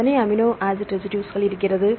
எத்தனை அமினோ அமில ரெசிடுஸ்கள் இருக்கிறது